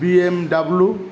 B M W